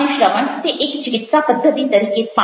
અને શ્રવણ તે એક ચિકિત્સા પદ્ધતિ તરીકે પણ